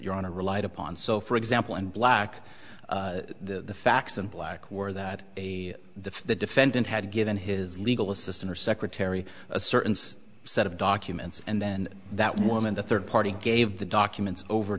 you're on a relied upon so for example in black the facts and black were that a the defendant had given his legal assistant or secretary a certain set of documents and then that woman the third party gave the documents over